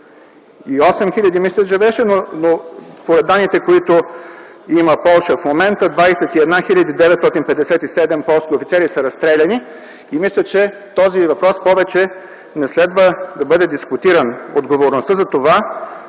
28 000, мисля, че беше, но по данните, които има Полша в момента – 21 957 полски офицери са разстреляни. Мисля, че този въпрос повече не следва да бъде дискутиран. Отговорността за това